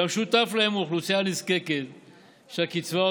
שהמשותף להם הוא אוכלוסייה נזקקת שהקצבה או